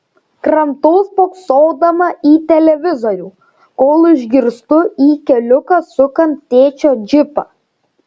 kramtau spoksodama į televizorių kol išgirstu į keliuką sukant tėčio džipą